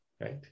right